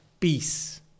peace